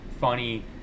funny